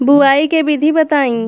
बुआई के विधि बताई?